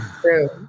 True